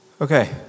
Okay